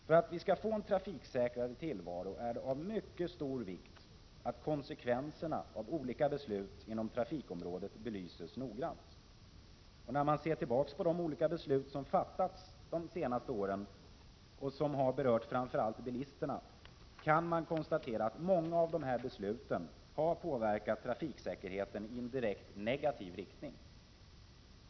För att vi skall få en trafiksäkrare tillvaro är det av mycket stor vikt att konsekvenserna av olika beslut inom trafikområdet belyses noggrant. När man ser tillbaka på de olika beslut som fattats de senaste åren och som har berört framför allt bilisterna, kan man konstatera att många av dessa beslut har påverkat trafiksäkerheten i en direkt negativ riktning.